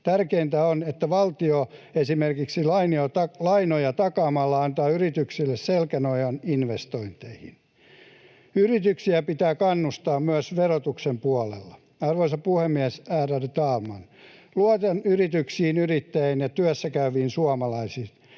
Tärkeintä on, että valtio esimerkiksi lainoja takaamalla antaa yrityksille selkänojan investointeihin. Yrityksiä pitää kannustaa myös verotuksen puolella. Arvoisa puhemies, ärade talman! Luotan yrityksiin, yrittäjiin ja työssäkäyviin suomalaisiin.